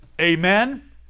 Amen